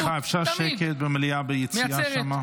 סליחה, אפשר שקט במליאה ביציע שם?